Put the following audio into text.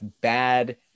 bad